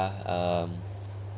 uh um